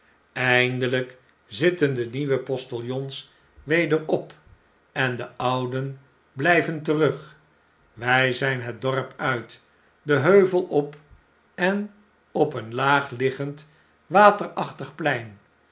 eindelp zitten de nieuwe postiljons weder op en de ouden bljjven terug wij zijn het dorp uit den heuvel op en op een laag liggend waterachtig plein